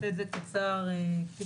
כמו